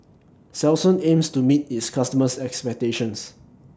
Selsun aims to meet its customers' expectations